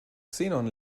xenon